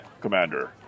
Commander